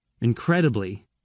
Incredibly